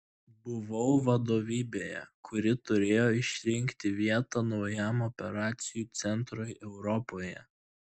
buvau vadovybėje kuri turėjo išrinkti vietą naujam operacijų centrui europoje